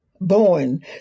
born